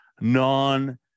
non